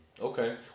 Okay